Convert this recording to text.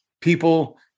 People